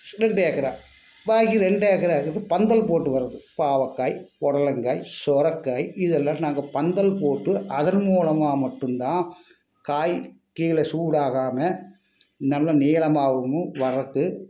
ரெண்டு ஏக்கரா பாக்கி ரெண்டு ஏக்கரா இருக்கிறது பந்தல் போட்டு வரது பாவற்காய் புடலங்காய் சுரக்காய் இதெல்லாம் நாங்கள் பந்தல் போட்டு அதன் மூலமாக மட்டும் தான் காய் கீழே சூடாகாமல் நல்ல நீளமாகவும் வரதுக்கு